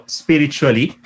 spiritually